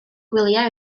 gwyliau